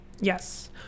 Yes